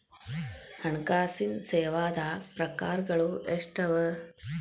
ಹಣ್ಕಾಸಿನ್ ಸೇವಾದಾಗ್ ಪ್ರಕಾರ್ಗಳು ಎಷ್ಟ್ ಅವ?